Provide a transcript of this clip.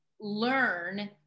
learn